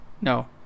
No